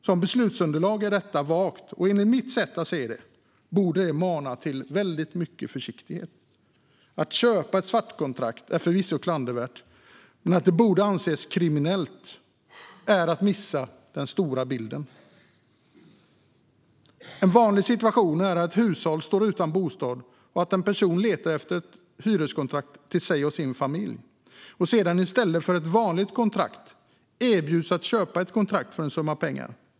Som beslutsunderlag är detta vagt, vilket enligt mitt sätt att se det borde mana till stor försiktighet. Att köpa ett svartkontrakt är förvisso klandervärt, men att det borde anses kriminellt är att missa den större bilden. En vanlig situation är att ett hushåll står utan bostad och att en person letar efter ett hyreskontrakt till sig och sin familj. I stället för ett vanligt kontrakt erbjuds personen att köpa ett kontrakt för en summa pengar.